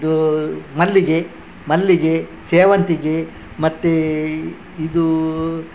ಇದೂ ಮಲ್ಲಿಗೆ ಮಲ್ಲಿಗೆ ಸೇವಂತಿಗೆ ಮತ್ತೆ ಇದು